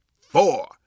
four